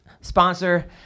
sponsor